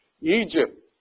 Egypt